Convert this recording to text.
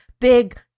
big